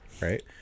right